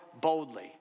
boldly